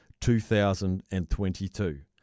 2022